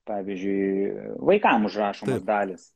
pavyzdžiui vaikam užrašomos dalys